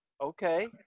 okay